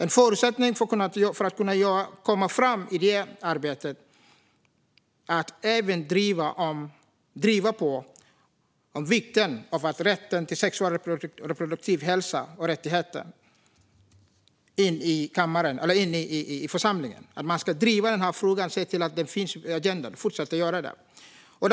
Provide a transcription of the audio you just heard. En förutsättning för att kunna komma framåt i det arbetet är att även driva på om vikten av rätten till sexuell och reproduktiv hälsa och rättigheter i församlingen. Man måste driva frågan och se till att den fortsätter att stå på agendan.